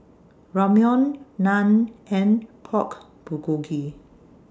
Ramyeon Naan and Pork Bulgogi